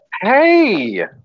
Hey